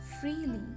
freely